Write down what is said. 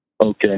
Okay